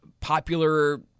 popular